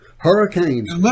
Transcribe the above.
Hurricanes